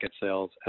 sales